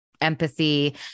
empathy